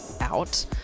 out